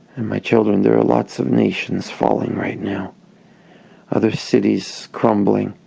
and my children there are lots of nations falling right now other cities crumbling.